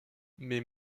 mais